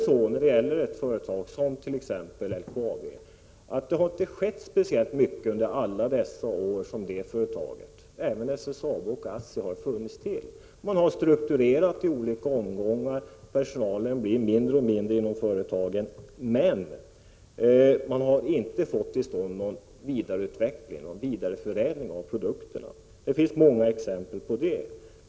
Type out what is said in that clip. När det gäller ett företag som LKAB har det inte skett speciellt mycket under alla de år som företaget har funnits till. Detsamma gäller SSAB och ASSI. Man har strukturerat i olika omgångar, personalen har blivit mindre och mindre inom företagen, men företagen har inte fått till stånd någon vidareutveckling och vidareförädling av produkter. Det finns många exempel på detta.